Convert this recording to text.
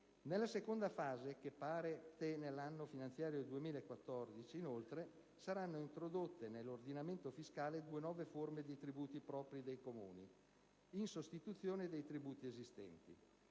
Nella seconda fase, che parte nell'anno finanziario 2014, inoltre, saranno introdotte nell'ordinamento fiscale due nuove forme di tributi propri dei Comuni in sostituzione dei tributi esistenti: